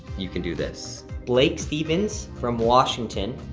you can do this. blake stevens from washington.